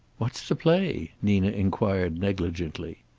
what's the play? nina inquired negligently.